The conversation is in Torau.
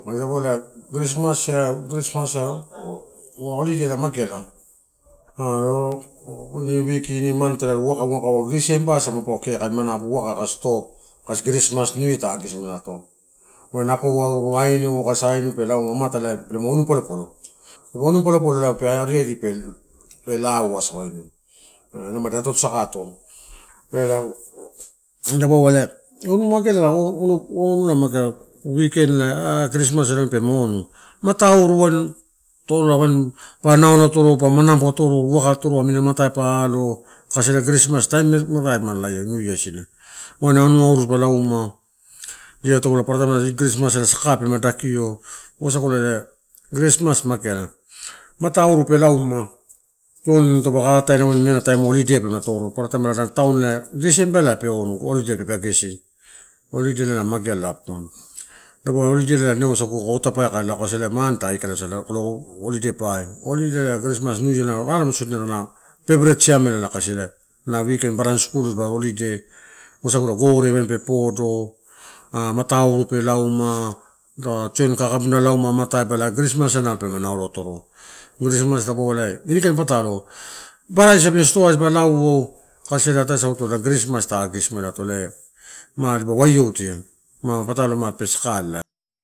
christmas holiday na mageala ini week ini month waka-waka december sagu poke ai manubu waka gai stop. Rasi christmas new year ta agesimu elato. Ai napo auru auneu saga sainiu matala onu palopalo. Onu palopalo ela pe ari ati pe laoasa. Ela mada ato sagato ela dapaua ela onumugeala, onu mageala weekend la ah christmas ela pema onu mata aru, wain pa naulo atoro, pa manabu atoro, waka atoro tu amini amato pa alo, kasi ela christmas taim amela pa ma laia new year isina. Waini anua auru dipa lauma, ia torola paparataim christmas aka pelama dakio wasagulele christmas mageala. Matau pe lauma too taupe ataina ain ela na taim holiday palana toru. Paparataim town december la pe holide pepie gesi, holidei el mageala inau wasagu otapai kai lao, kasi ela mane ta aikala sala kai lo holide pai, holidela christmas new year raremu pepret siamela kasi na weekend baran skul ba holide wasagula, kaua tioni kakabuna lauma a christmas ai pelama naulo atoro christmas dapau ela inikain patalo. Price stoai pe lauo kasi ela ataisauto christmas ta agesimaelato ma ela dipa waiodia, ma patalo mape saka elai.